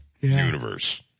universe